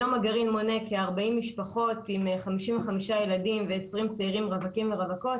היום הגרעין מונה כ-40 משפחות עם 55 ילדים ו-20 צעירים רווקים ורווקות,